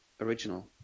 original